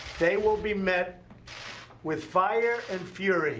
they will be met with fire and fury